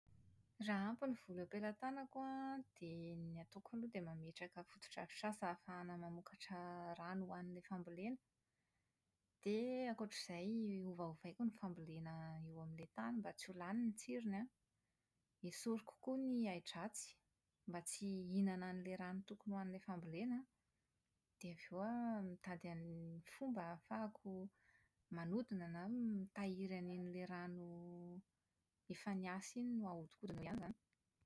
Raha ampy ny vola am-pelantanako an, dia ny ataoko aloha dia mametraka fotodrafitrasa ahafahana mamokatra rano ho an'ilay fambolena. Dia ankoatra izay, ovaovaiko ny fambolena eo amin'ilay tany mba tsy ho lany ny tsirony an, esoriko koa ny ahidratsy mba tsy hihinana an'ilay rano tokony ho an'ilay fambolena an, dia avy eo aho mitady ny fomba ahafahako manodina na mitahiry an'ilay rano efa niasa iny no ahodikodina eo ihany izany.